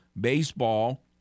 Baseball